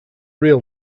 real